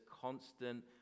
constant